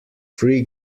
free